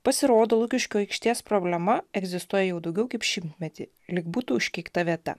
pasirodo lukiškių aikštės problema egzistuoja jau daugiau kaip šimtmetį lyg būtų užkeikta vieta